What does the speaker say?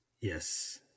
Yes